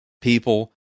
people